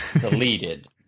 deleted